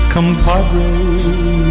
Compadre